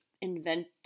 invent